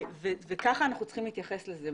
כך אנחנו צריכים להתייחס לזה,